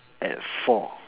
at four